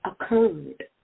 occurred